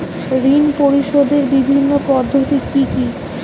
ঋণ পরিশোধের বিভিন্ন পদ্ধতি কি কি?